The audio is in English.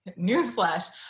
Newsflash